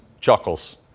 chuckles